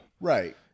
right